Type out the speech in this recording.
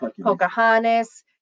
Pocahontas